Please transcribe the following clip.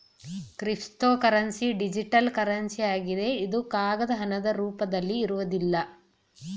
cryptocurrency digital currency ಆಗಿದೆ ಇದು ಕಾಗದ ಹಣದ ರೂಪದಲ್ಲಿ ಇರುವುದಿಲ್ಲ